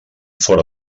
fora